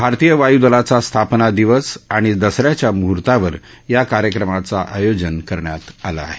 भारतीय वायूदलाचा स्थापना दिवस आणि दस याच्या मुहूर्तावर या कार्यक्रमाचं आयोजन करण्यात आलं आहे